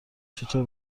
چطور